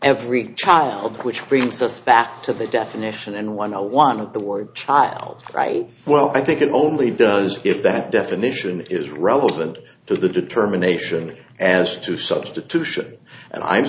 every child which brings us back to the definition and one i want the word child right well i think it only does if that definition is relevant to the determination as to substitution and i'm